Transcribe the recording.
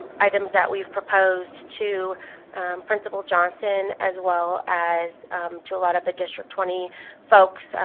items that we've proposed to principal johnson, as well as to a lot of the district twenty folks.